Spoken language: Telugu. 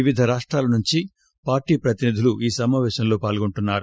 వివిధ రాష్టాలనుంచి పార్టీ ప్రతినిధులు ఈ సమాపేశంలో పాల్గొంటున్నారు